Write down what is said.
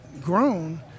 grown